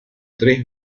tres